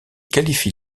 qualifie